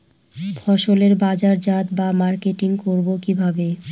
ফসলের বাজারজাত বা মার্কেটিং করব কিভাবে?